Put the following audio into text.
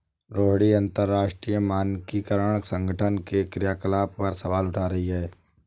रोहिणी अंतरराष्ट्रीय मानकीकरण संगठन के क्रियाकलाप पर सवाल उठा रही थी